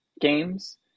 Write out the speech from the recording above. games